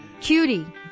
Cutie